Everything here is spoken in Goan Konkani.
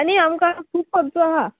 आनी आमकां खूब कमचो आहा